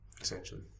essentially